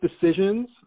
decisions